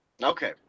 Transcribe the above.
Okay